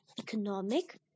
economic